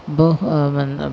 बहु मन्दं